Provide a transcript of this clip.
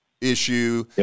issue